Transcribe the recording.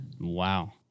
wow